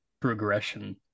progression